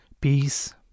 peace